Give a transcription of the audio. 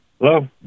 Hello